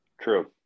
True